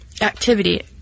activity